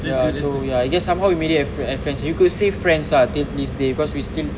ya so ya I guess somehow we made it as friends you could say friends ah till this day because we still